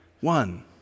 one